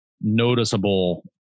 noticeable